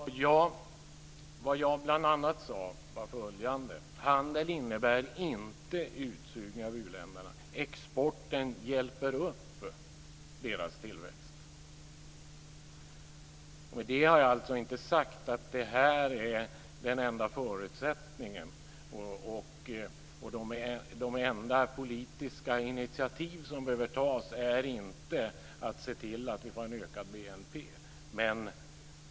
Fru talman! Vad jag bl.a. sade var följande. Handel innebär inte utsugning av u-länderna. Exporten hjälper upp deras tillväxt. Med det har jag alltså inte sagt att det här är den enda förutsättningen. De enda politiska initiativ som behöver tas är inte att se till att vi får en ökad BNP.